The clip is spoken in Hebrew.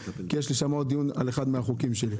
כי יש לי שם עוד דיון על אחד מהחוקים שלי.